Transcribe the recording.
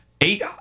Eight